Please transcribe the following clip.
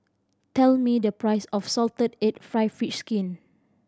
tell me the price of salted egg fried fish skin